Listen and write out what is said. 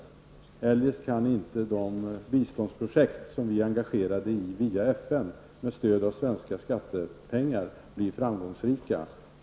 Om vi inte tar resoluta tag i dessa problem kan eljest inte de biståndsprojekt som Sverige här engagerad i via FN med stöd av svenska skattepengar bli framgångsrika.